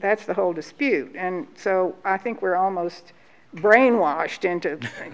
that's the whole dispute and so i think we're almost brainwashed into